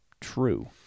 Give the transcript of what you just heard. True